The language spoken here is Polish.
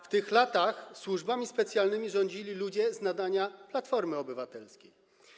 W tych latach służbami specjalnymi rządzili ludzie z nadania Platformy Obywatelskiej.